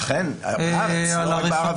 אכן, בארץ, לא רק בערבה.